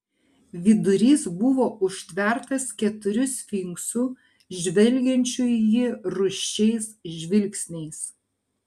vidurys buvo užtvertas keturių sfinksų žvelgiančių į jį rūsčiais žvilgsniais